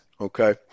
okay